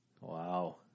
Wow